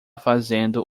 fazendo